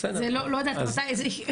לא יודעת מתי זה יהיה,